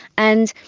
and